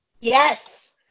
Yes